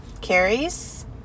carries